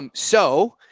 um so